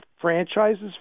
franchises